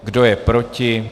Kdo je proti?